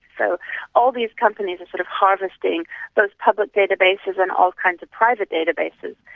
so all these companies are sort of harvesting those public databases and all kinds of private databases,